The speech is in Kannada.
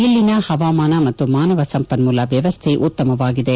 ಇಲ್ಲಿನ ಹವಾಮಾನ ಮತ್ತು ಮಾನವ ಸಂಪನ್ಮೂಲ ವ್ಯವಸ್ಥೆ ಉತ್ತಮವಾಗಿದೆ